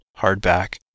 hardback